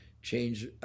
change